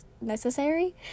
necessary